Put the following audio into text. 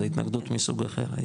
זה התנגדות מסוג אחר,